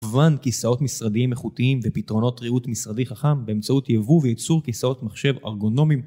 כמובן כיסאות משרדיים איכותיים ופתרונות ריהוט משרדי חכם באמצעות יבוא וייצור כיסאות מחשב ארגונומיים